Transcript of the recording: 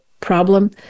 problem